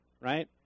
right